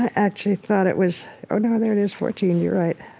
actually thought it was oh no, there it is. fourteen, you're right